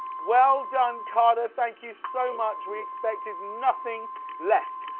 well done carter, thank you so much. we expected nothing less.